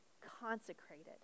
consecrated